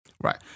Right